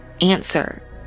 answer